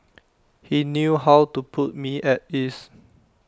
he knew how to put me at ease